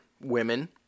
women